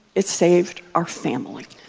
it saved our family